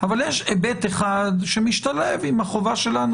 אבל יש היבט אחד שמשתלב עם החובה שלנו